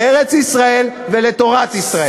לארץ-ישראל ולתורת ישראל.